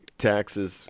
taxes